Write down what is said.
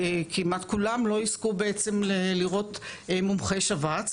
כמעט כולם לא יזכו בעצם לראות מומחה שבץ.